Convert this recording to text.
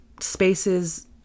spaces